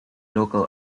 local